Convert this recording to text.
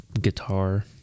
guitar